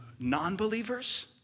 non-believers